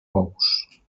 bous